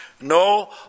No